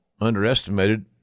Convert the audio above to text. underestimated